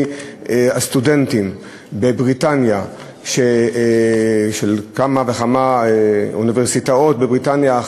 הסטודנטים בבריטניה בכמה וכמה אוניברסיטאות בבריטניה.